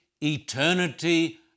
eternity